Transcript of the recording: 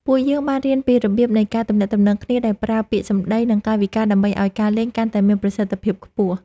ពួកយើងបានរៀនពីរបៀបនៃការទំនាក់ទំនងគ្នាដោយប្រើពាក្យសម្តី និង កាយវិការដើម្បីឱ្យការលេងកាន់តែមានប្រសិទ្ធភាពខ្ពស់។